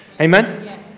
Amen